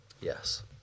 Yes